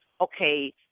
okay